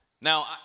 Now